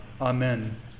Amen